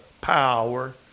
power